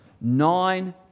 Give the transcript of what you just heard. nine